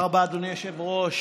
תודה רבה, אדוני היושב-ראש.